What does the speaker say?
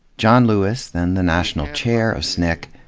john lewis, then the national chair of sncc,